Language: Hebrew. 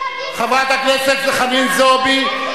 חבר הכנסת עפו אגבאריה,